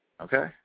Okay